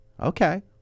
Okay